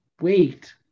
wait